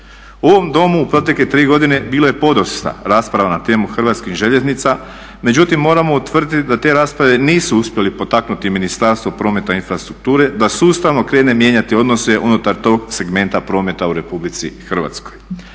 U ovom Domu u protekle 3 godine bilo je podosta rasprava na temu Hrvatskih željeznica. Međutim, moramo utvrditi da te rasprave nisu uspjeli potaknuti Ministarstvo prometa i infrastrukture da sustavno krene mijenjati odnose unutar tog segmenta prometa u Republici Hrvatskoj.